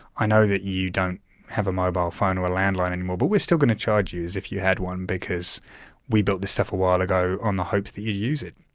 i know that you don't have a mobile phone or a land line anymore, but we're still going to charge you as if you had one because we built this stuff a while ago on the hopes that you'd use it.